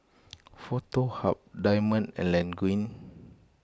Foto Hub Diamond and Laneige